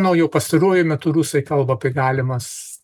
manau jau pastaruoju metu rusai kalba apie galimas